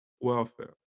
welfare